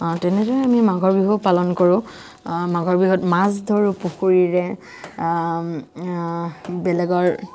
তেনেকেই আমি মাঘৰ বিহু পালন কৰো মাঘৰ বিহুত মাছ ধৰো পুখুৰীৰে বেলেগৰ